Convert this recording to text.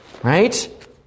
Right